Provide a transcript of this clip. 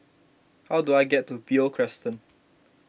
how do I get to Beo Crescent